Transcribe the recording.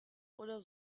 oder